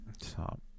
Stop